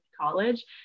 college